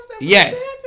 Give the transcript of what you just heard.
Yes